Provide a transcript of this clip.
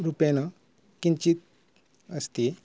रूपेण किञ्चित् अस्ति